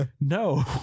no